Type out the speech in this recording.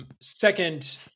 Second